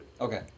Okay